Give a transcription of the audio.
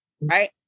right